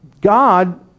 God